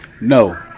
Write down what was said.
No